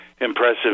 impressive